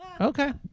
okay